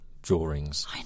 Drawings